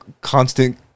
constant